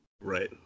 Right